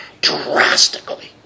drastically